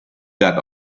got